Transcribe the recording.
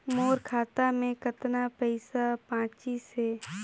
मोर खाता मे कतना पइसा बाचिस हे?